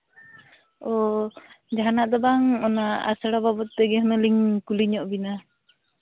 ᱚ ᱡᱟᱦᱟᱱᱟᱜ ᱫᱚ ᱵᱟᱝ ᱚᱱᱟ ᱟᱥᱲᱟ ᱵᱟᱵᱚᱫᱽ ᱛᱮᱜᱮ ᱦᱩᱱᱟᱹᱜ ᱞᱤᱧ ᱠᱩᱞᱤ ᱧᱚᱜ ᱵᱮᱱᱟ